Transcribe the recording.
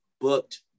booked